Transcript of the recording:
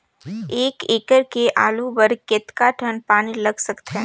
एक एकड़ के आलू बर कतका टन पानी लाग सकथे?